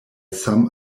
some